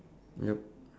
yup